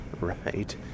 right